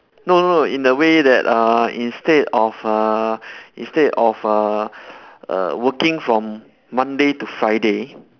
no no no in a way that uh instead of uh instead of uh err working from monday to friday